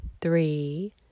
three